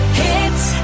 hits